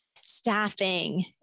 staffing